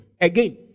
again